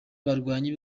barwanyi